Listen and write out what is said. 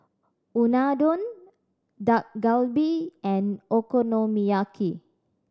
Unadon Dak Galbi and Okonomiyaki